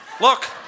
Look